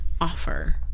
offer